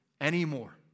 anymore